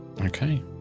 Okay